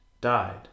died